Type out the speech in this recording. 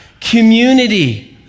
community